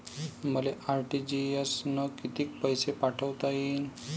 मले आर.टी.जी.एस न कितीक पैसे पाठवता येईन?